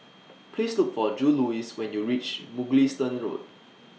Please Look For Juluis when YOU REACH Mugliston Road